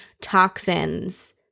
toxins